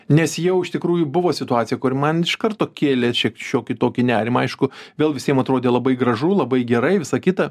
nes jau iš tikrųjų buvo situacija kuri man iš karto kėlė šiokį tokį nerimą aišku vėl visiem atrodė labai gražu labai gerai visa kita